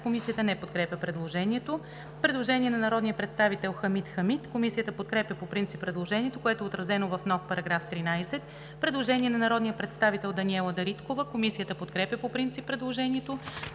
Комисията не подкрепя предложението. Предложение на народния представител Хамид Хамид. Комисията подкрепя по принцип предложението, което е отразено в нов § 13. Предложение на народния представител Даниела Дариткова. Комисията подкрепя по принцип предложението.